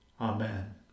Amen